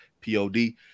p-o-d